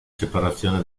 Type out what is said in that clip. separazione